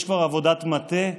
יש כבר עבודת מטה,